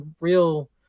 real